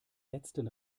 letzten